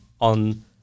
on